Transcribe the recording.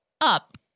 up